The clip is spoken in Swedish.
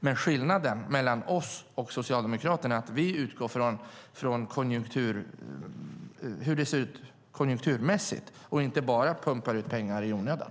Men skillnaden mellan oss och Socialdemokraterna är att vi utgår från hur konjunkturen ser ut och pumpar inte ut pengar i onödan.